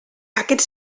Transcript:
aquest